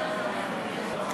למה יום כיפור חל בשבת וזה לא?